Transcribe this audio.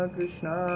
Krishna